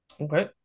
Okay